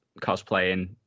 cosplaying